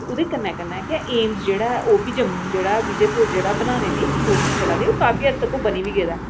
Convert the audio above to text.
ओह्दे कन्नै कन्नै गै एम्स जेह्ड़ा ऐ ओह् बी जम्मू जेह्ड़ा ऐ विजयपूर जेह्ड़ा बनाने दी कोशिश चला दी होर काफी हद तक ओह् बनी बी गेदा ऐ